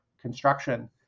construction